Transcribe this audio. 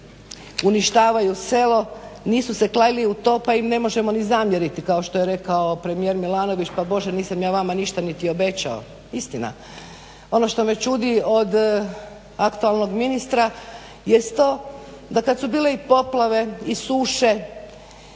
uništavaju selo. Nisu se kleli u to pa im ne možemo ni zamjeriti kao što je rekao premijer Milanović pa Bože nisam ja vama ništa niti obećao. Istina. Ono što me čudi od aktualnog ministra jest to da kad su bile poplave i suše